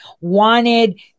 wanted